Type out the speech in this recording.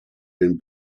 been